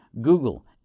google